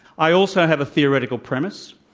i also have a theoretical premise.